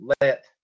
let